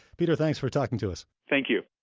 peter, thanks for talking to us thank you